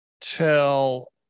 tell